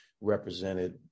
represented